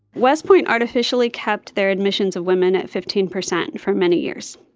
west point artificially kept their admissions of women at fifteen percent for many years.